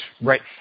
right